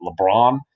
LeBron